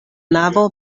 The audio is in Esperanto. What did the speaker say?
navo